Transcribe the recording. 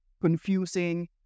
confusing